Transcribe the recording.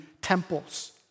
temples